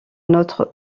notre